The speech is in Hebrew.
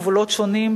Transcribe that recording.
גבולות שונים,